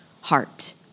heart